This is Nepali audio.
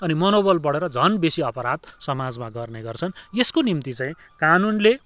अनि मनोबल बढेर झन बेसी अपराध समाजमा गर्ने गर्छन् यसको निम्ति चाहिँ कानुनले